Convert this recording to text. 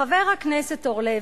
חבר הכנסת אורלב,